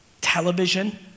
television